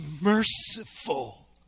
merciful